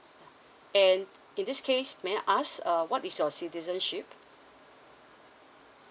and in this case may I ask uh what is your citizenship